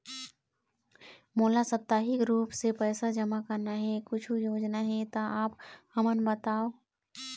मोला साप्ताहिक रूप से पैसा जमा करना हे, कुछू योजना हे त आप हमन बताव?